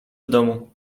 domu